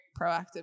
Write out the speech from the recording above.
proactive